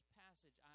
passage